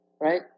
right